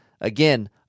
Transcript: Again